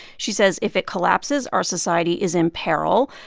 she says if it collapses, our society is in peril.